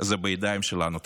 זה בידיים שלנו.